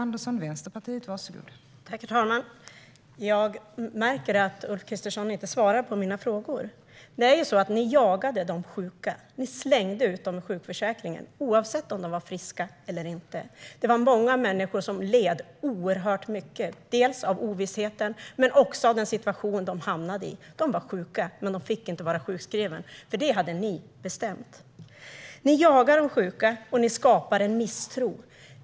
Fru talman! Jag märker att Ulf Kristersson inte svarar på mina frågor. Ni jagade de sjuka. Ni slängde ut dem ur sjukförsäkringen oavsett om de var friska eller inte. Det var många människor som led oerhört mycket av ovissheten men också av den situation de hamnade i. De var sjuka, men de fick inte vara sjukskrivna - det hade ni bestämt. Ni jagar de sjuka, och ni skapar en misstro.